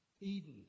Eden